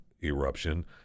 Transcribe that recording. eruption